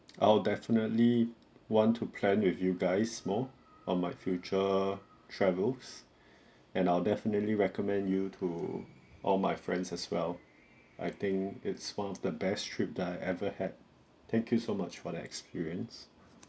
I'll definitely want to plan with you guys more on my future travels and I'll definitely recommend you to all my friends as well I think it's one of the best trip I ever had thank you so much for the experience